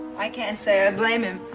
i can't say i blame him.